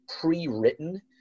pre-written